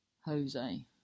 Jose